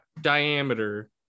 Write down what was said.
diameter